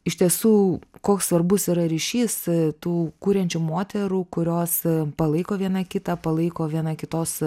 iš tiesų koks svarbus yra ryšys tų kuriančių moterų kurios palaiko viena kitą palaiko viena kitos